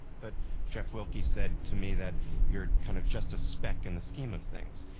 but jeff wilke said to me that you're kind of just a speck in the scheme of things.